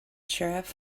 sheriff